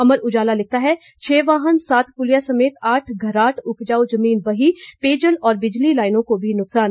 अमर उजाला लिखता है छह वाहन सात पुलियों समेत आठ घराट उपजाऊ जमीन बही पेयजल और बिजली लाइनों को भी नुकसान